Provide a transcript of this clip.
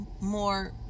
more